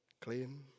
clean